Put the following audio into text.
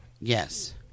Yes